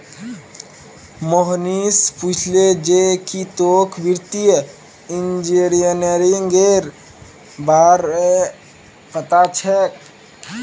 मोहनीश पूछले जे की तोक वित्तीय इंजीनियरिंगेर बार पता छोक